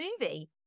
movie